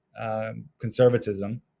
conservatism